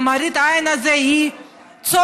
והמראית עין הזאת היא צורמת,